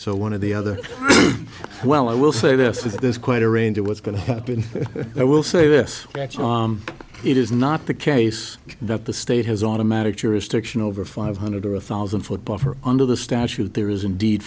so one of the other well i will say this that there's quite a range of what's going to happen i will say this actually it is not the case that the state has automatic jurisdiction over five hundred or a thousand foot buffer under the statute there is indeed